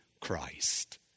Christ